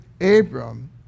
Abram